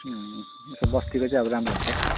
यसो बस्तीको चाहिँ अब राम्रो हुन्छ